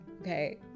okay